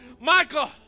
Michael